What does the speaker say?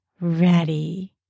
ready